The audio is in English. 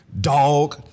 dog